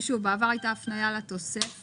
כי שוב בעבר הייתה הפנייה לתוספת.